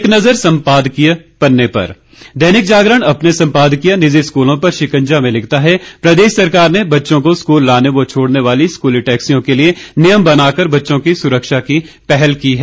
एक नज़र सम्पादकीय पन्ने पर दैनिक जागरण अपने सम्पादकीय निजी स्कूलों पर शिकजा में लिखता है प्रदेश सरकार ने बच्चों को स्कूल लाने व छोड़ने वाली स्कूली टैक्सियों के लिए नियम बनाकर बच्चों की सुरक्षा की पहल की है